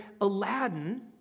Aladdin